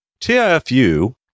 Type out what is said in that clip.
Tifu